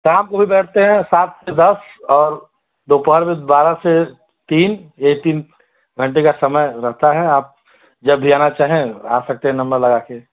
शाम को भी बैठते हैं सात से दस और दोपहर में बारह से तीन यह तीन घंटे का समय रहता है आप जब भी आना चाहें आ सकते हैं नंबर लगा कर